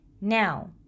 Now